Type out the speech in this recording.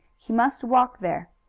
he must walk there.